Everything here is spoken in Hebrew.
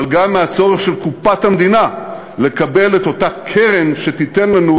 אבל גם מהצורך של קופת המדינה לקבל את אותה קרן שתיתן לנו